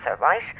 right